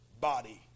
body